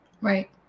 Right